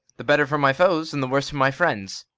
the better for my foes and the worse for my friends.